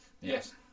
Yes